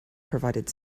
provided